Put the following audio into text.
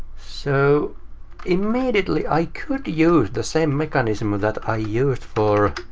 so immediately i could use the same mechanism, ah that i used for,